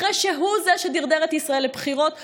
אחרי שהוא זה שדרדר את ישראל לבחירות חוזרות,